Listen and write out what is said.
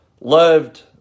loved